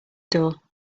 door